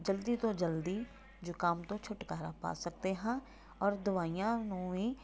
ਜਲਦੀ ਤੋਂ ਜਲਦੀ ਜ਼ੁਕਾਮ ਤੋਂ ਛੁਟਕਾਰਾ ਪਾ ਸਕਦੇ ਹਾਂ ਔਰ ਦਵਾਈਆਂ ਨੂੰ ਵੀ